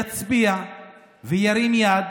יצביע וירים יד